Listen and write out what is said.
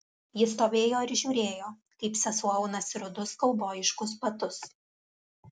ji stovėjo ir žiūrėjo kaip sesuo aunasi rudus kaubojiškus batus